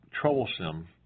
troublesome